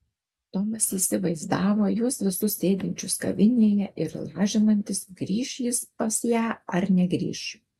tomas įsivaizdavo juos visus sėdinčius kavinėje ir lažinantis grįš jis pas ją ar negrįš